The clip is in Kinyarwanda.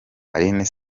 alyn